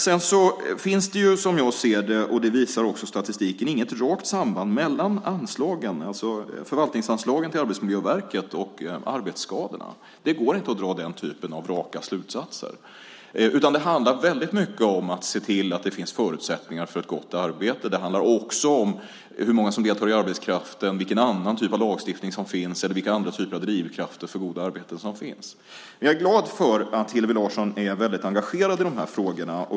Sedan finns det som jag ser det, och det visar också statistiken, inget rakt samband mellan anslagen, alltså förvaltningsanslagen till Arbetsmiljöverket, och arbetsskadorna. Det går inte att dra den typen av raka slutsatser, utan det handlar väldigt mycket om att se till att det finns förutsättningar för ett gott arbete. Det handlar också om hur många som deltar i arbetskraften, vilken annan typ av lagstiftning som finns eller vilka andra typer av drivkrafter för goda arbeten som finns. Jag är glad för att Hillevi Larsson är väldigt engagerad i de här frågorna.